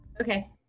Okay